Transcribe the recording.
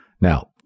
Now